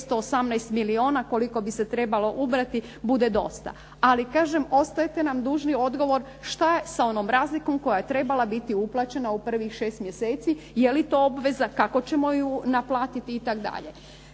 218 milijuna koliko bi se trebalo ubrati bude dosta. Ali kažem ostajete nam dužni odgovor što je sa onom razlikom koja je trebala biti uplaćena u privih 6 mjeseci? Jeli to obveza? Kako ćemo ju naplatiti? Itd.